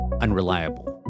unreliable